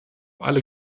alle